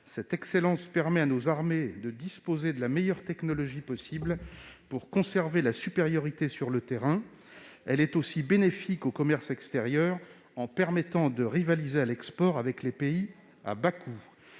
Cette excellence permet à nos armées de disposer de la meilleure technologie possible pour conserver la supériorité sur le terrain. Elle bénéficie également au commerce extérieur, en permettant de rivaliser à l'export avec les pays à bas coûts.